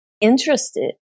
interested